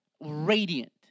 radiant